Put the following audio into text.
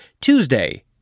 Tuesday